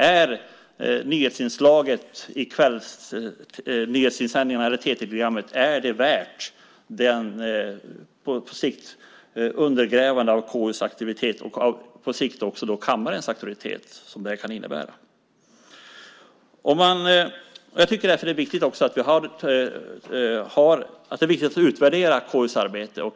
Är nyhetsinslaget i nyhetssändningen eller TT-programmet värt det undergrävande av KU:s auktoritet och på sikt kammarens auktoritet som det kan innebära? Det är viktigt att utvärdera KU:s arbete.